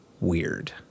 weird